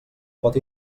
pot